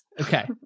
Okay